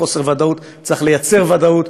ודאות, צריך לייצר ודאות.